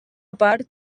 part